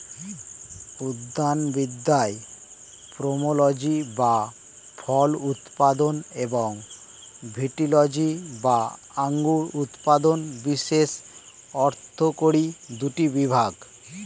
উদ্যানবিদ্যায় পোমোলজি বা ফল উৎপাদন এবং ভিটিলজি বা আঙুর উৎপাদন বিশেষ অর্থকরী দুটি বিভাগ